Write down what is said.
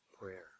Prayer